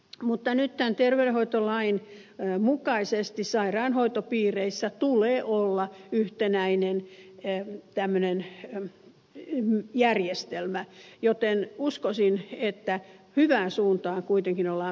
mutta nyt tämän terveydenhoitolain mukaisesti sairaanhoitopiireissä tulee olla tämmöinen yhtenäinen järjestelmä joten uskoisin että hyvään suuntaan kuitenkin ollaan menossa